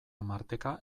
marteka